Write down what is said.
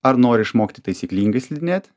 ar nori išmokti taisyklingai slidinėt